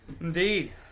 Indeed